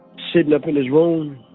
sitting up in this room